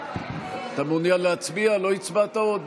אתה מעוניין להצביע, לא הצבעת עוד?